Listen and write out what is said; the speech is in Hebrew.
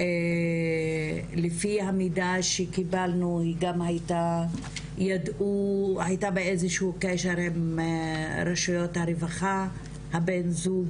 ולפי המידע שקיבלנו היא גם הייתה באיזשהו קשר עם רשויות הרווחה הבן זוג